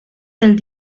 del